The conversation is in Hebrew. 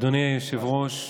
אדוני היושב-ראש,